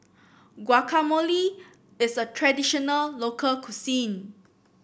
guacamole is a traditional local cuisine